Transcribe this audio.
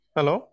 Hello